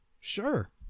Sure